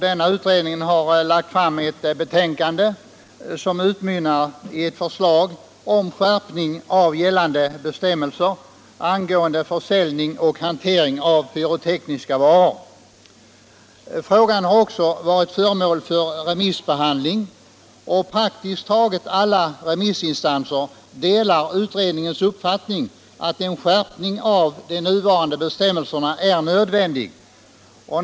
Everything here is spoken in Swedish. Denna utredning har nu lagt fram ett betänkande, som utmynnar i ett förslag om skärpning av gällande bestämmelser angående försäljning och hantering av pyrotekniska varor. Utredningens betänkande har också varit föremål för remissbehandling, och praktiskt taget alla remissinstanser delar utredningens uppfattning att en skärpning av de nuvarande bestämmelserna är nödvändig.